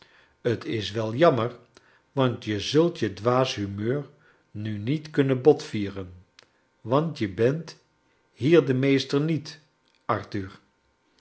t is wel jammer want je zult je dwaas humeur nu niet kunnen botvieren want je bent hier de meester niet arthur